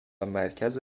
مرکز